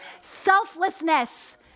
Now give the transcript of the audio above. selflessness